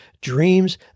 dreams